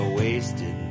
wasted